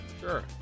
Sure